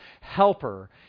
helper